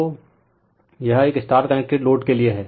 तो यह एक स्टार कनेक्टेड लोड के लिए है